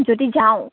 যদি যাওঁ